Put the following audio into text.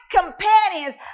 companions